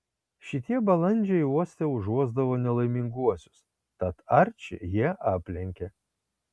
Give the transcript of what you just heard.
šitie balandžiai uoste užuosdavo nelaiminguosius tad arčį jie aplenkė